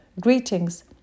greetings